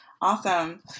Awesome